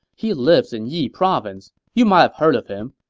he lives in yi province. you might've heard of him.